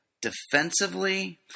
defensively